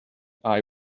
eye